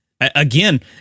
Again